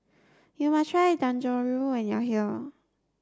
you must try Dangojiru when you are here